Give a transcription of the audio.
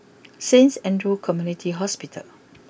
Saint Andrew's Community Hospital